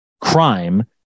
crime